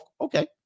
Okay